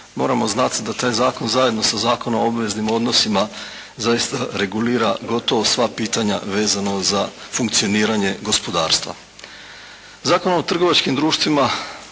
Moramo znati da taj Zakon zajedno sa Zakonom o obveznim odnosima zaista regulira gotovo sva pitanja vezano za funkcioniranje gospodarstva. Zakon o trgovačkim društvima